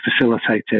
facilitated